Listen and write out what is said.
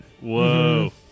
Whoa